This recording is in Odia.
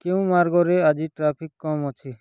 କେଉଁ ମାର୍ଗରେ ଆଜି ଟ୍ରାଫିକ୍ କମ୍ ଅଛି